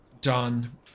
done